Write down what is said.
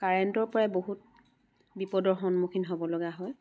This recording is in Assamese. কাৰেণ্টৰ পৰাই বহুত বিপদৰ সন্মুখীন হ'ব লগা হয়